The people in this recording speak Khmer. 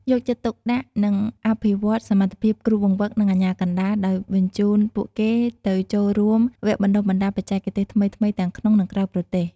យកចិត្តទុកដាក់និងអភិវឌ្ឍសមត្ថភាពគ្រូបង្វឹក និងអាជ្ញាកណ្តាល ដោយបញ្ជូនពួកគេទៅចូលរួមវគ្គបណ្តុះបណ្តាលបច្ចេកទេសថ្មីៗទាំងក្នុង និងក្រៅប្រទេស ។